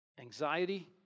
anxiety